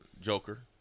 Joker